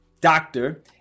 doctor